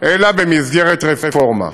אלא במסגרת רפורמה.